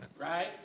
Right